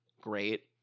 great